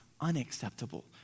unacceptable